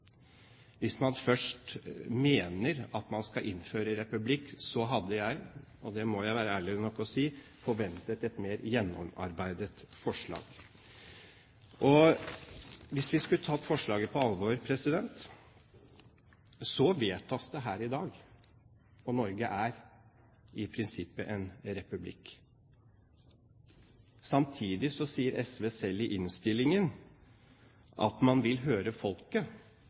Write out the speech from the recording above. Hvis man først mener at man skal innføre republikk, hadde jeg – og det må jeg være ærlig nok til å si – forventet et mer gjennomarbeidet forslag. Hvis vi skulle tatt forslaget på alvor, vedtas det her i dag, for Norge er i prinsippet en republikk. Samtidig sier SV selv i innstillingen at man vil høre folket,